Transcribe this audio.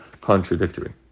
contradictory